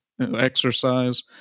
exercise